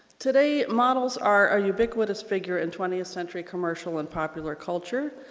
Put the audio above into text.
today, models are a ubiquitous figure in twentieth century commercial and popular culture,